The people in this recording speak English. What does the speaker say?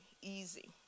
easy